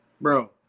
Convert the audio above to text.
Bro